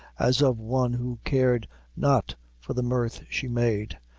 as of one who cared not for the mirth she made,